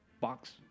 box